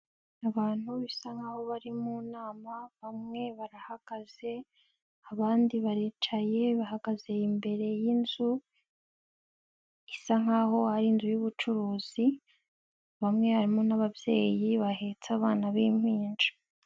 Abantu bisa nkaho bari mu nama, bamwe barahagaze abandi baricaye, bahagaze imbere y'inzu, bisa nkaho hari inzu y'ubucuruzi, bamwe harimo n'ababyeyi bahetse abana b'impinja.